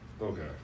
Okay